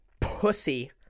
pussy